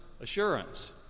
Assurance